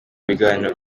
biganiro